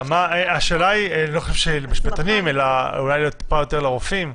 השאלה אני לא חושבת שהיא למשפטנים אלא טיפה יותר לרופאים.